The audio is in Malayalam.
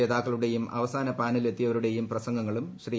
ജേതാക്കളുടെയും അവസാന പാനലിൽ എത്തിയവരുടെയും പ്രസംഗങ്ങളും ശ്രീ